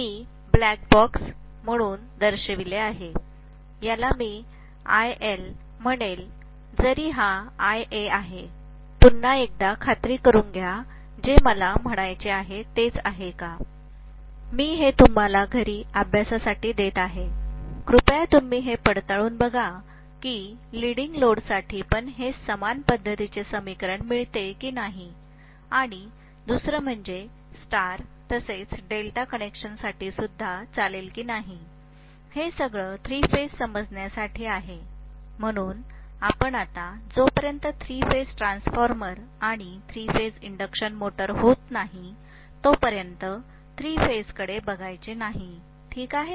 मी black box म्हणून दर्शविले असले याला मी ILम्हणेल जरी हा IA आहे पुन्हा एकदा खात्री करून घ्या हेच जे मला म्हणायचे आहे मी हे तुम्हाला घरी अभ्यासासाठी देत आहे कृपया तुम्ही हे पडताळून बघा की लीडिंग लोडसाठी पण हेच समान पद्धतीचे समीकरण मिळते की नाही आणि दुसरं म्हणजे स्टार तसेच डेल्टा कनेक्शन साठी सुद्धा चालेल की नाही हे सगळं 3फेज समजण्यासाठी आहे म्हणून आपण आता जोपर्यंत थ्री फेज ट्रांसफार्मर आणि थ्री फेज इंडक्शन मोटर होत नाही तोपर्यंत 3फेज कडे बघायचे नाही ठीक आहे